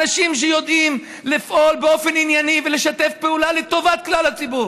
אנשים שיודעים לפעול באופן ענייני ולשתף פעולה לטובת כלל הציבור.